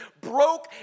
broke